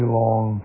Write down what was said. long